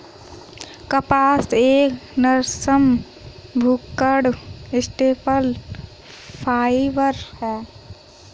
कपास एक नरम, भुलक्कड़ स्टेपल फाइबर है